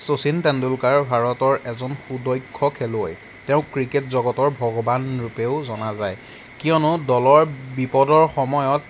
শচীন টেণ্ডুলকাৰ ভাৰতৰ এজন সুদক্ষ খেলুৱৈ তেওঁক ক্ৰিকেট জগতৰ ভগৱান ৰূপেও জনা যায় কিয়নো দলৰ বিপদৰ সময়ত